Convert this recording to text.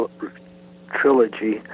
trilogy